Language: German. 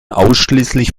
ausschließlich